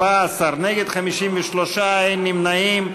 14, נגד, 53, אין נמנעים.